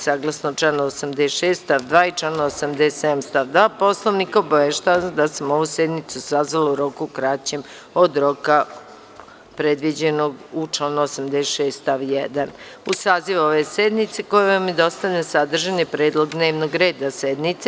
Saglasno članu 86. stav 2. i članu 87. stav 2. Poslovnika, obaveštavam vas da sam ovu sednicu sazvala u roku kraćem od roka predviđenog u članu 86. stav 1. Uz saziv ove sednice koji vam je dostavljen sadržan je predlog dnevnog reda sednice.